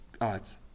God's